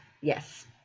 Yes